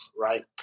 right